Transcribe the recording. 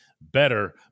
Better